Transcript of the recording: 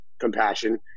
compassion